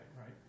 right